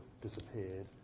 disappeared